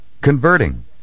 Converting